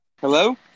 Hello